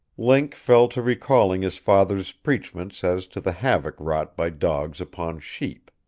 link fell to recalling his father's preachments as to the havoc wrought by dogs upon sheep.